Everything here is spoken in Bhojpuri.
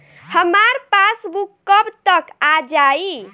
हमार पासबूक कब तक आ जाई?